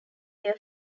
their